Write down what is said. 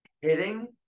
hitting